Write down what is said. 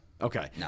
Okay